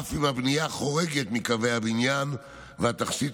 אף אם הבנייה חורגת מקווי הבניין והתכסית